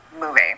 movie